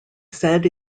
said